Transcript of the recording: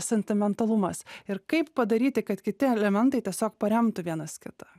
sentimentalumas ir kaip padaryti kad kiti elementai tiesiog paremtų vienas kitą